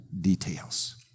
details